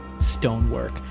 Stonework